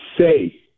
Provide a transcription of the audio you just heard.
say